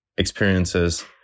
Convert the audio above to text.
experiences